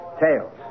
Tails